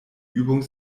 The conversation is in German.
übung